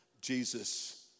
Jesus